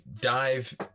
dive